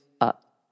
up